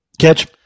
Catch